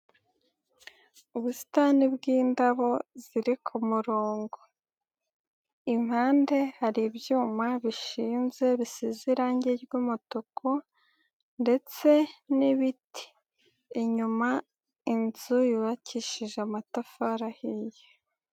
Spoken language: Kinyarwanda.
Ubusitani bw'indabo ziri ku ku murongo, impande hari ibyuma bishinze bisize irangi ry'umutuku ndetse n'ibiti, inyuma inzu yubakishije amatafari ahiye.